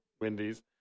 Wendy's